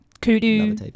Kudu